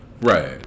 Right